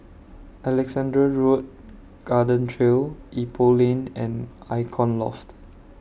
Alexandra Road Garden Trail Ipoh Lane and Icon Loft